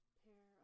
pair